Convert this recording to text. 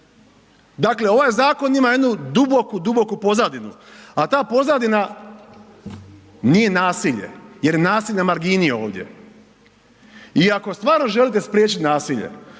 dakle ovaj zakon ima jednu duboku, duboku pozadinu, a ta pozadina nije nasilje jer nasilje je na margini ovdje. I ako stvarno želite spriječit nasilje,